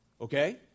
Okay